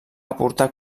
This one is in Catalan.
aportar